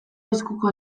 eskuko